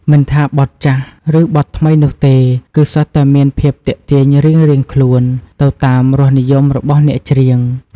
មិនថាបទចាស់ ឬបទថ្មីនោះទេ គឺសុទ្ធតែមានភាពទាក់ទាញរៀងៗខ្លួន ទៅតាមរសនិយមរបស់អ្នកច្រៀង។